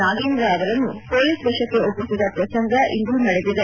ನಾಗೇಂದ್ರ ಅವರನ್ನು ಪೊಲೀಸ್ ವಶಕ್ಕೆ ಒಪ್ಪಸಿದ ಪ್ರಸಂಗ ಇಂದು ನಡೆದಿದೆ